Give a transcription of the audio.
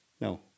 No